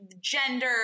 gender